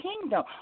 kingdom